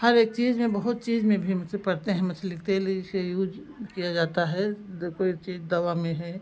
हर एक चीज़ में बहुत चीज़ में भी पड़ते हैं मछली के तेल इसे यूज किया जाता है कोई चीज़ दवा में है